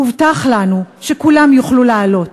הובטח לנו שכולם יוכלו לעלות.